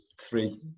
three